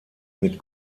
mit